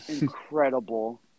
incredible